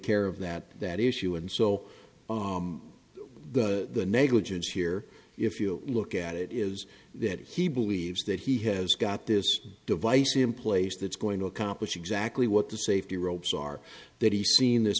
care of that that issue and so the negligence here if you look at it is that he believes that he has got this device in place that's going to accomplish exactly what the safety ropes are that he seen this